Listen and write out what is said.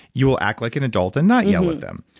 you will act like an adult and not yell at them.